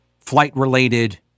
flight-related